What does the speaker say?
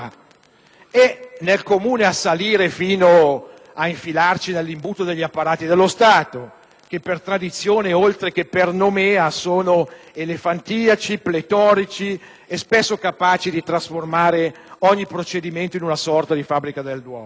enti locali, fino ad infilarci nell'imbuto degli apparati dello Stato che, per tradizione oltre che per nomea, sono elefantiaci, pletorici e spesso capaci di trasformare ogni procedimento in una sorta di fabbrica del duomo.